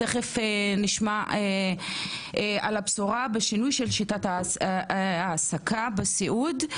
תכף נשמע על הבשורה בשינוי של שיטת ההעסקה בענף הסיעוד.